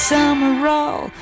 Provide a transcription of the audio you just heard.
Summerall